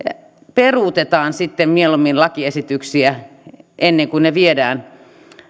peruutetaan sitten lakiesityksiä ennemmin kuin viedään